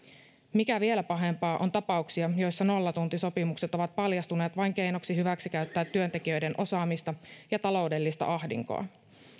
mikä vielä pahempaa on tapauksia joissa nollatuntisopimukset ovat paljastuneet vain keinoksi hyväksikäyttää työntekijöiden osaamista ja taloudellista ahdinkoa